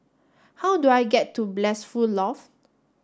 how do I get to Blissful Loft